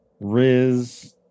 Riz